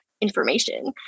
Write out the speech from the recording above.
information